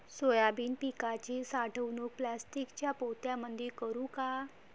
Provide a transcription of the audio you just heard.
Soybean पिकाची साठवणूक प्लास्टिकच्या पोत्यामंदी करू का?